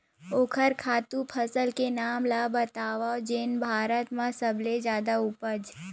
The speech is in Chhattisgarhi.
ओखर खातु फसल के नाम ला बतावव जेन भारत मा सबले जादा उपज?